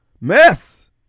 Mess